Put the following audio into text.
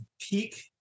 peak